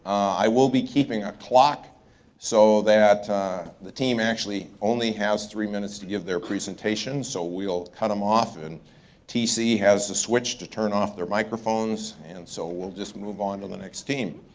i will be keeping a clock so that the team actually only has three minutes to give their presentations. so we'll cut em off, and tc has the switch to turn off their microphones. and so we'll just move on to the next team.